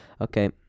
Okay